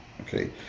okay